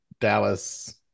Dallas